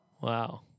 wow